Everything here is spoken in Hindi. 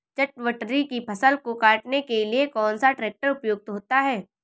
चटवटरी की फसल को काटने के लिए कौन सा ट्रैक्टर उपयुक्त होता है?